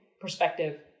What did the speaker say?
perspective